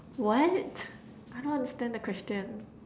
what I don't understand the question